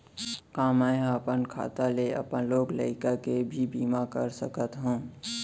का मैं ह अपन खाता ले अपन लोग लइका के भी बीमा कर सकत हो